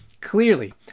Clearly